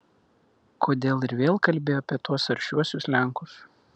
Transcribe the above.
kodėl ir vėl kalbi apie tuos aršiuosius lenkus